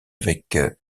avec